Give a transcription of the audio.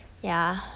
ya